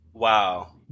Wow